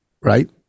right